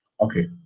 Okay